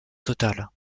totale